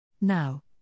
Now